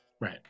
Right